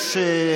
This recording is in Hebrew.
יש,